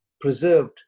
preserved